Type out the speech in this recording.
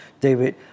David